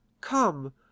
Come